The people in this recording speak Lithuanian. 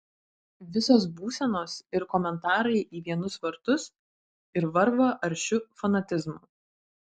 visos būsenos ir komentarai į vienus vartus ir varva aršiu fanatizmu